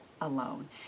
alone